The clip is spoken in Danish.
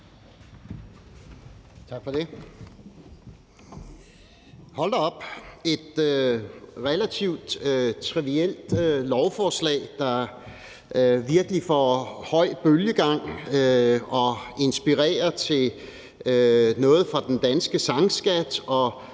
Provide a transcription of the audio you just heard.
da op; der er her et relativt trivielt lovforslag, der virkelig får høj bølgegang, og som inspirerer til noget fra den danske sangskat, og